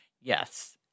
Yes